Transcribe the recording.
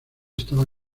estaba